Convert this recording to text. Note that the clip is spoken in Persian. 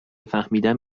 فهمیدیم